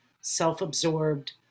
self-absorbed